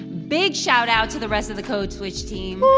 big shoutout to the rest of the code switch team